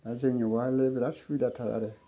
दा जोंनियावबा हले बेराद सुबिदाथार आरो